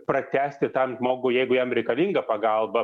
pratęsti tam žmogui jeigu jam reikalinga pagalba